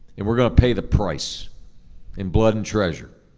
and we're going to pay the price in blood and treasure.